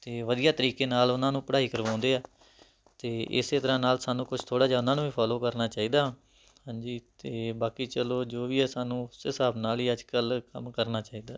ਅਤੇ ਵਧੀਆ ਤਰੀਕੇ ਨਾਲ ਉਨ੍ਹਾਂ ਨੂੰ ਪੜ੍ਹਾਈ ਕਰਵਾਉਂਦੇ ਆ ਅਤੇ ਇਸੇ ਤਰ੍ਹਾਂ ਨਾਲ ਸਾਨੂੰ ਕੁਛ ਥੋੜ੍ਹਾ ਜਿਹਾ ਉਨ੍ਹਾਂ ਨੂੰ ਵੀ ਫੋਲੋ ਕਰਨਾ ਚਾਹੀਦਾ ਹਾਂਜੀ ਅਤੇ ਬਾਕੀ ਚਲੋ ਜੋ ਵੀ ਹੈ ਸਾਨੂੰ ਉਸ ਹਿਸਾਬ ਨਾਲ ਹੀ ਅੱਜ ਕੱਲ੍ਹ ਕੰਮ ਕਰਨਾ ਚਾਹੀਦਾ